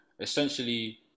essentially